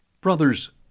Brothers